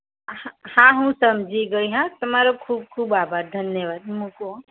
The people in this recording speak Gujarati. હા હું સમજી ગઈ હો તમારો ખૂબ ખૂબ આભાર ધન્યવાદ મૂકું હો